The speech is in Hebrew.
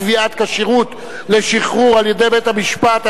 קביעת כשירות לשחרור וליציאה לחופשות על-ידי בית-המשפט),